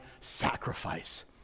sacrifice